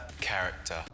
character